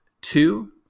two